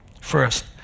First